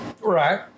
Right